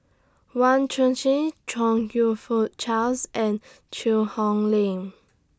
Wang Chong YOU Fook Charles and Cheang Hong Lim